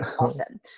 awesome